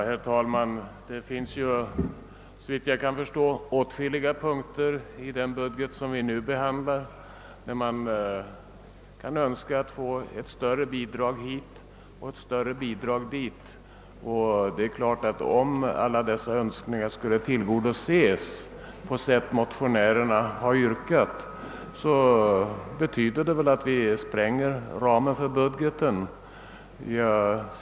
Herr talman! Såvitt jag kan förstå finns det åtskilliga punkter i den budget vi nu behandlar där man kan önska ett större bidrag hit och ett större bidrag dit. Om alla dessa önskningar skulle tillgodoses på det sätt motionärerna yrkat, skulle det väl betyda att vi sprängde ramen för budgeten.